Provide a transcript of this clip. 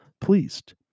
pleased